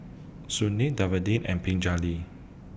Sunil Davinder and Pingali